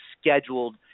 scheduled